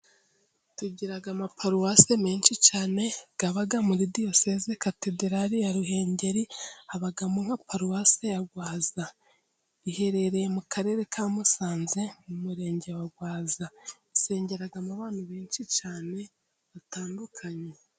Tugira amaparuwase menshi cyane aba muri diyoseze katederari ya Ruhengeri. Habamo nka paruwase ya Rwaza iherereye mu Karere ka Musanze, mu Murenge wa Rwaza, isengeramo abantu benshi cyane batandukanye.